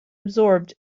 absorbed